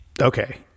Okay